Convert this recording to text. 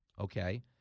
Okay